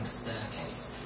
staircase